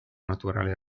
naturale